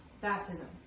baptism